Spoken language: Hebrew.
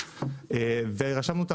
ורשמנו אותם